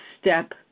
step